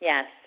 Yes